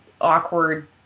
awkward